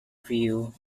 view